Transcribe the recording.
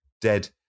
dead